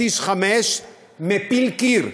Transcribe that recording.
פטיש 5 מפיל קיר.